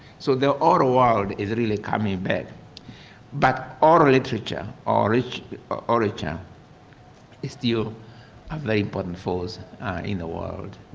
so, the oral world is really coming back but oral literature, orature ah orature is still um the important force in the world.